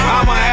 I'ma